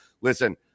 listen